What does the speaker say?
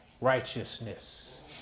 righteousness